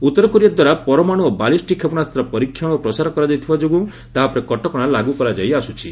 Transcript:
ଉତ୍ତର କୋରିଆ ଦ୍ୱାରା ପରମାଣୁ ଓ ବାଲିଷ୍ଟିକ୍ କ୍ଷେପଣାସ୍ତ୍ର ପରୀକ୍ଷଣ ଓ ପ୍ରସାର କରାଯାଉଥିବା ଯୋଗୁଁ ତାହା ଉପରେ କଟକଣା ଲାଗୁ କରାଯାଇଆସ୍କୁଛି